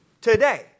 today